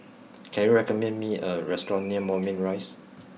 can you recommend me a restaurant near Moulmein Rise